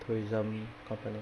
tourism company